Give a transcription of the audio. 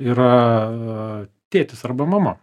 yra tėtis arba mama